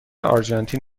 آرژانتین